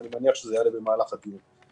אני מניח שזה יעלה במהלך הדיון.